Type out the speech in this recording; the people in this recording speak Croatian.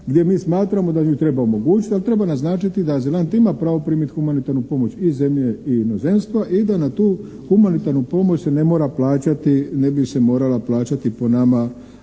gdje mi smatramo da nju treba omogućiti, ali treba naznačiti da azilant ima pravo primiti humanitarnu pomoć iz zemlje i inozemstva i da na tu humanitarnu pomoć se ne mora, ne bi se morala plaćati po nama